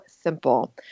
simple